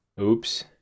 oops